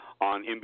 on